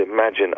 Imagine